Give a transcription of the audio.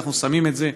אנחנו שמים את זה.